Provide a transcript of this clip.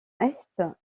est